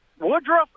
Woodruff